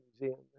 museum